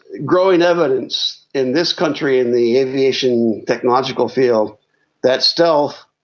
growing evidence in this country in the aviation technological field that stealth,